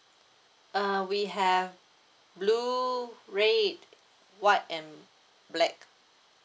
uh we have blue red white and black